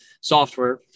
software